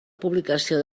publicació